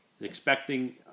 expecting